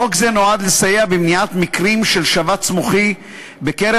חוק זה נועד לסייע במניעת מקרים של שבץ מוחי בקרב